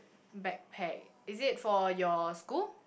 bag pack is it for your school